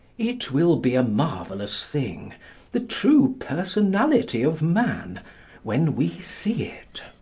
it will be a marvellous thing the true personality of man when we see it.